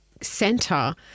center